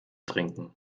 trinken